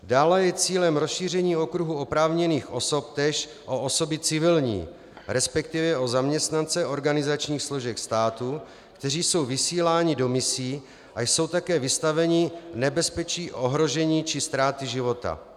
Dále je cílem rozšíření okruhu oprávněných osob též o osoby civilní, resp. o zaměstnance organizačních složek státu, kteří jsou vysíláni do misí a jsou také vystaveni nebezpečí ohrožení či ztráty života.